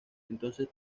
entonces